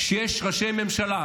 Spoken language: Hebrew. כשיש ראשי ממשלה,